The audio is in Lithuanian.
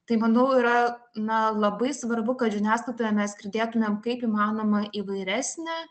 tai manau yra na labai svarbu kad žiniasklaidoje mes girdėtumėm kaip įmanoma įvairesnę